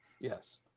Yes